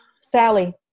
Sally